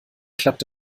klappt